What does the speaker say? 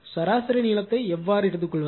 சராசரி நீளத்தை எவ்வாறு எடுத்துக்கொள்வது